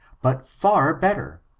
but far better?